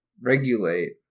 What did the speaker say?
regulate